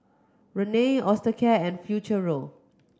Rene Osteocare and Futuro